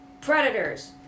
Predators